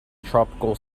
tropical